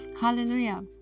Hallelujah